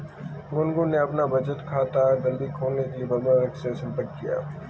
गुनगुन ने अपना बचत खाता जल्दी खोलने के लिए प्रबंधक से संपर्क किया